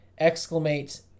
exclamate